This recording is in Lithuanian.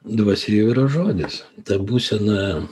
dvasia jau yra žodis ta būsena